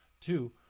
Two